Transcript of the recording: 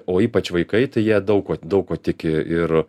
o ypač vaikai tai jie daug kuo daug kuo tiki ir